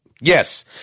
Yes